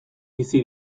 bizi